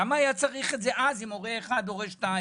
למה היה צריך את זה אז עם "הורה 1", "הורה 2"?